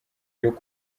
y’uko